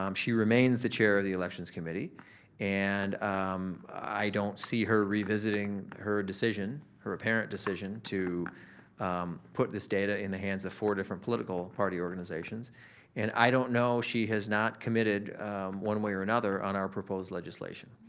um she remains the chair of the elections committee and i don't see her revisiting her decision, her apparent decision to put this data in the hands of four different political party organizations and i don't know, she has not committed one way or another on our proposed legislation.